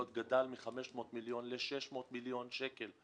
גדל מ-500 מיליון שקל ל-600 מיליון שקל,